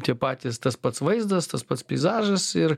tie patys tas pats vaizdas tas pats peizažas ir